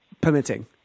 permitting